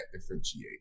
differentiate